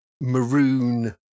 maroon